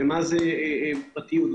בגלל המשמעות של פרטיות,